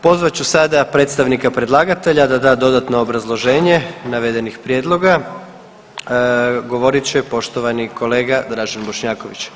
Pozvat ću sada predstavnika predlagatelja da da dodatno obrazloženje navedenih prijedloga, govorit će poštovani kolega Dražen Bošnjaković.